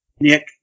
Nick